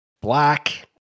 Black